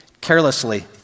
carelessly